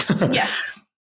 Yes